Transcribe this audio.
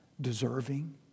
deserving